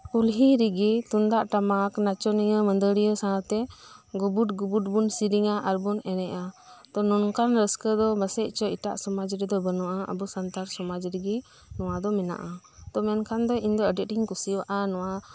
ᱠᱩᱞᱦᱤ ᱨᱮᱜᱮ ᱛᱩᱢᱫᱟᱜ ᱴᱟᱢᱟᱠ ᱱᱟᱪᱚᱱᱤᱭᱟ ᱢᱟᱹᱫᱟᱹᱲᱤᱭᱟᱹ ᱥᱟᱶᱛᱮ ᱜᱩᱵᱩᱰ ᱜᱩᱵᱩᱰ ᱵᱚᱱ ᱥᱮᱨᱮᱧᱟ ᱟᱨ ᱵᱚᱱ ᱮᱱᱮᱡᱼᱟ ᱛᱚ ᱱᱚᱝᱠᱟᱱ ᱨᱟᱹᱥᱠᱟᱹ ᱫᱚ ᱢᱟᱥᱮᱡ ᱪᱚ ᱮᱴᱟᱜ ᱥᱚᱢᱟᱡᱽ ᱨᱮ ᱫᱚ ᱵᱟᱱᱩᱜᱼᱟ ᱟᱵᱚ ᱥᱟᱱᱛᱟᱲ ᱥᱚᱢᱟᱡᱽ ᱨᱮᱜᱮ ᱱᱚᱶᱟ ᱫᱚ ᱢᱮᱱᱟᱜᱼᱟ ᱛᱚ ᱢᱮᱱᱠᱷᱟᱱ ᱤᱧ ᱫᱚ ᱟᱰᱤ ᱟᱸᱴ ᱤᱧ ᱠᱩᱥᱤᱣᱟᱜᱼᱟ ᱱᱚᱶᱟ